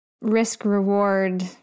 risk-reward